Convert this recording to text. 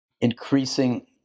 Increasing